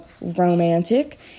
romantic